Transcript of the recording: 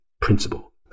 principle